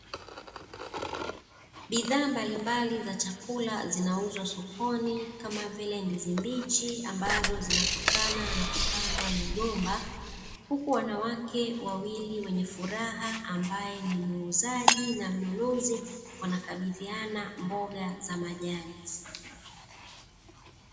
Bidhaa mbalimbali za chakula zinauzwa sokoni, kama vile ndizi mbichi ambazo zinatokana na kupandwa migomba. Huku wanawake wawili wenye furaha, ambaye ni muuzaji na mnunuzi wanakabidhiana mboga za majani.